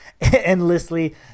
endlessly